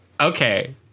Okay